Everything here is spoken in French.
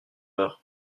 heures